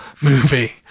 movie